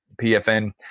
PFN